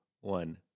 one